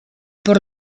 por